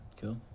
Cool